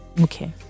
Okay